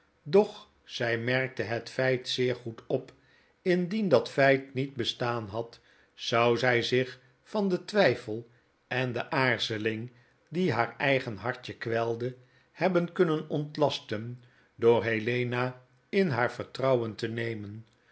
doch zij merkte het feit zeer goed op indien dat feit niet bestaan had zou zij zich van den twijfel en de aarzeling die haar eigen hartje kwelden hebben kunnen ontlasten door helena in haar vertrouwen te nemen